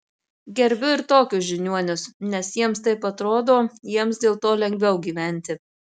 gerbiu ir tokius žiniuonius nes jiems taip atrodo jiems dėl to lengviau gyventi